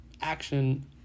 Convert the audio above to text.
action